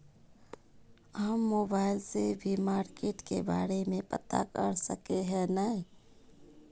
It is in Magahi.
हम मोबाईल से भी मार्केट के बारे में पता कर सके है नय?